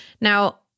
Now